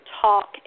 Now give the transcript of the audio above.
talk